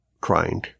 crying